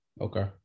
Okay